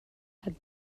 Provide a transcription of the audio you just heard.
had